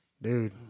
Dude